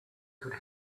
could